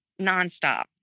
nonstop